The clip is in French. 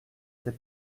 ses